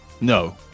No